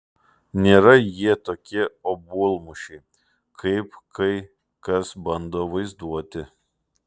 nėra jie tokie obuolmušiai kaip kai kas bando vaizduoti